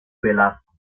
velasco